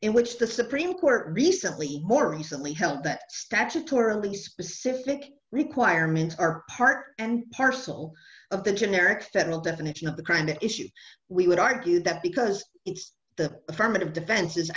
in which the supreme court recently more recently held that statutorily specific requirements are part and parcel of the generic federal definition of the kind of issue we would argue that because it's the affirmative defense